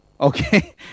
okay